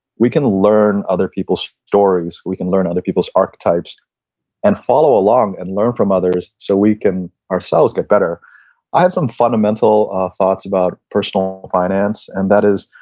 we can learn other people's stories. we can learn other people's archetypes and follow along and learn from others so we can ourselves get better i have some fundamental thoughts about personal finance and that is,